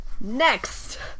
Next